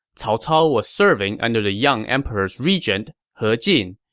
cao cao was serving under the young emperor's regent, he jin.